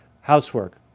housework